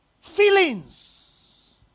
Feelings